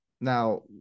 Now